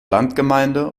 landgemeinde